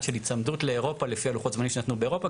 של היצמדות לאירופה לפי לוחות הזמנים שנתנו באירופה.